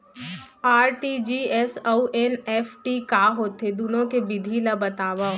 RTGS अऊ NEFT का होथे, दुनो के विधि ला बतावव